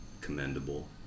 commendable